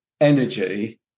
energy